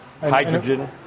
hydrogen